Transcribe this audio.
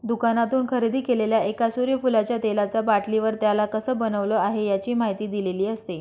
दुकानातून खरेदी केलेल्या एका सूर्यफुलाच्या तेलाचा बाटलीवर, त्याला कसं बनवलं आहे, याची माहिती दिलेली असते